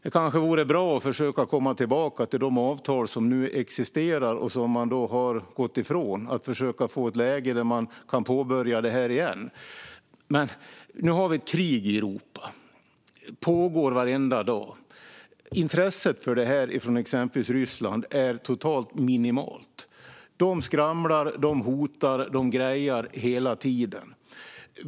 Det kanske vore bra att försöka komma tillbaka till de avtal som nu existerar och som Ryssland har gått ifrån och försöka få ett läge där man kan påbörja detta igen. Men nu har vi ett krig i Europa. Det pågår varenda dag. Intresset för detta från exempelvis Ryssland är totalt minimalt. De skramlar, de hotar och de grejar hela tiden.